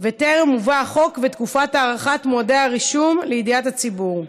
וטרם הובאו החוק ותקופת הארכת מועדי הרישום לידיעת הציבור.